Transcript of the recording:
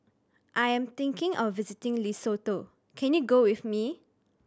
I am thinking of visiting Lesotho can you go with me